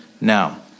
now